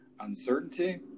uncertainty